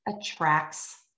attracts